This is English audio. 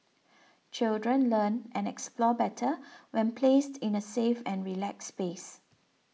children learn and explore better when placed in a safe and relaxed space